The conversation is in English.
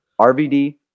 RVD